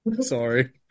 Sorry